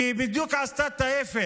כי היא עשתה בדיוק את ההפך,